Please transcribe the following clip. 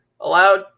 allowed